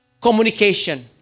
communication